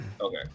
Okay